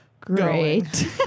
Great